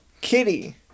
Kitty